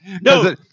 No